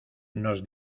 nos